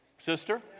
Sister